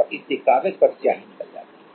है और इससे कागज पर स्याही निकल जाती है